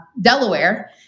Delaware